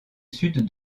sud